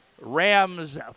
Rams